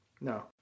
No